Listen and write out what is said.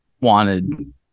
wanted